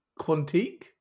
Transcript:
Quantique